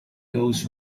goes